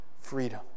freedom